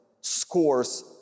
scores